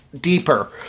deeper